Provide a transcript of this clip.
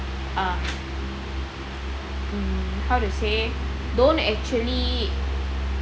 um mm how to say don't actually